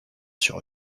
sur